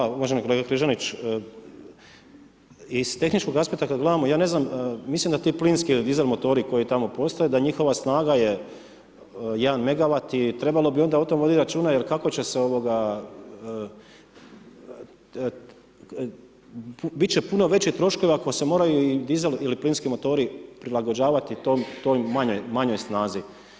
Hvala uvaženi kolega Križanić, iz tehničkog aspekta kada gledamo ja ne znam mislim da ti plinski dizel motori koji tamo postoje da njihova snaga je 1 megawat i trebalo bi onda o tome voditi računa, jer kako će se biti će puno većih troškova, ako se moraju dizel ili plinski motori prilagođavati toj manjoj snazi.